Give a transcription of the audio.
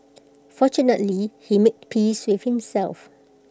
fortunately he made peace with himself